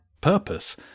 purpose